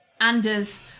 Anders